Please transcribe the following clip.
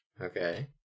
Okay